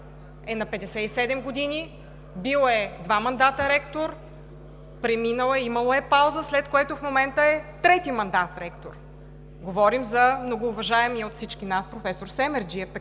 е на 57 години, бил е два мандата ректор, имало е пауза, след което в момента е ректор трети мандат – говорим за многоуважаемия от всички нас професор Семерджиев.